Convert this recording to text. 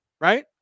Right